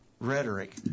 rhetoric